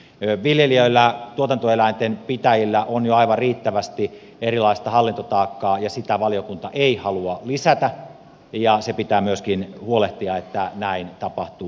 viljelijöillä tuotantoeläinten pitäjillä on jo aivan riittävästi erilaista hallintotaakkaa ja sitä valiokunta ei halua lisätä ja pitää myöskin huolehtia että näin tapahtuu